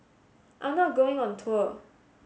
I'm not going on tour